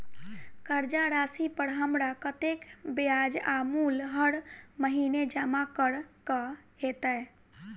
कर्जा राशि पर हमरा कत्तेक ब्याज आ मूल हर महीने जमा करऽ कऽ हेतै?